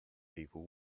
people